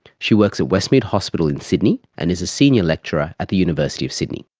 she works at westmead hospital in sydney and is a senior lecturer at the university of sydney.